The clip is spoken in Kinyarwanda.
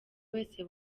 wese